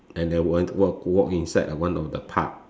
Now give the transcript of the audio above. and I went walk walk inside one of the pub